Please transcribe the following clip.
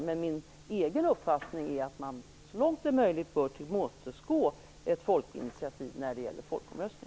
Men min egen uppfattning är att man så långt det är möjligt bör tillmötesgå ett folkinitiativ när det gäller folkomröstning.